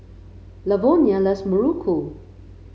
Lavonia loves Muruku